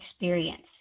experience